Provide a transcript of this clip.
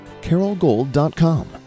carolgold.com